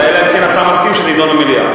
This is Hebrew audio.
אלא אם כן השר מסכים שזה יידון במליאה.